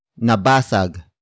nabasag